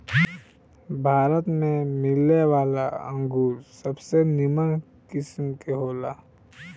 भारत में मिलेवाला अंगूर सबसे निमन किस्म के होला